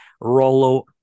Rolo